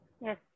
yes